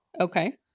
okay